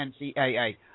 NCAA